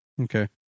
Okay